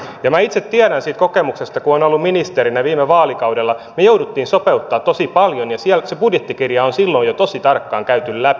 minä itse tiedän sen kokemuksesta kun olen ollut ministerinä viime vaalikaudella me jouduimme sopeuttamaan tosi paljon ja se budjettikirja on jo silloin tosi tarkkaan käyty läpi